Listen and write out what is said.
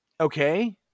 Okay